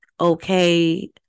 okay